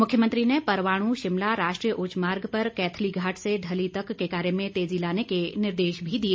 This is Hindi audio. मुख्यमंत्री ने परवाणु शिमला राष्ट्रीय उच्च मार्ग पर कैथलीघाट से ढली तक के कार्य में तेजी लाने के निर्देश भी दिए